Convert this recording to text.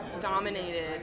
dominated